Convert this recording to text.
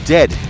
Dead